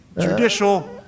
judicial